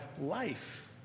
life